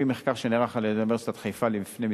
במחקר שנערך על-ידי אוניברסיטת חיפה לפני כמה